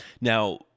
Now